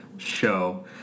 Show